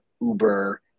Uber